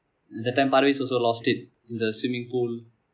that time parves also lost it in the swimming pool